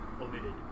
omitted